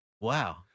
Wow